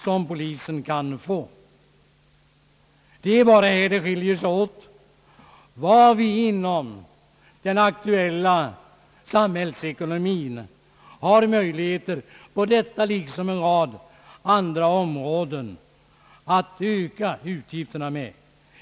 Däremot har vi skilda meningar i fråga om vad vi inom ramen för samhällsekonomien har möjligheter att öka utgifterna med, på detta område liksom på andra områden.